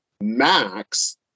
Max